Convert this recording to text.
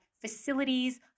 facilities